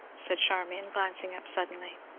said charmian, glancing up suddenly.